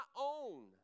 own